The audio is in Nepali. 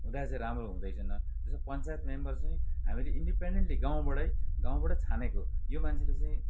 हुँदा चाहिँ राम्रो हुँदैछैन जस्तै पञ्चायत मेम्बर चाहिँ हामीले इन्डिपेन्डेन्टली गाउँबाटै गाउँबाटै छानेको यो मान्छेले चाहिँ